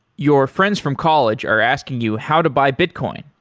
your friends from college are asking you how to buy bitcoin.